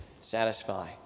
satisfy